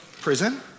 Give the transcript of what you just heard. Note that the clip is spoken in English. Prison